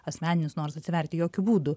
asmeninis noras atsiverti jokiu būdu